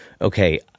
Okay